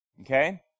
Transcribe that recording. Okay